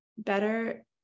better